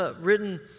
written